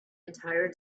entire